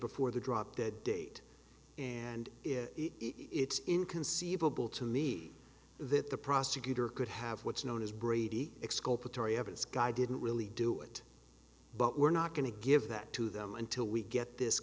before the drop dead date and it it's inconceivable to me that the prosecutor could have what's known as brady exculpatory evidence guy didn't really do it but we're not going to give that to them until we get this